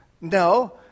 no